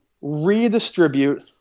redistribute